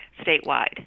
statewide